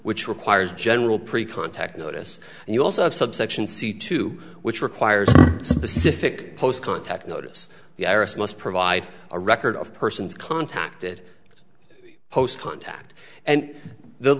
which requires general pre contact notice and you also have subsection c two which requires specific post contact notice the iris must provide a record of persons contacted post contact and the